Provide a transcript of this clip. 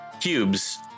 cubes